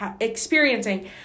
experiencing